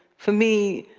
for me,